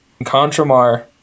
Contramar